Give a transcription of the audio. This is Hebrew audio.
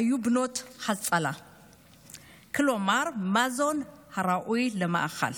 היו בנות הצלה, כלומר, מזון הראוי למאכל,